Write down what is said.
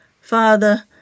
father